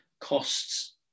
costs